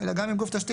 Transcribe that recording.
אלא גם אם גוף תשתית,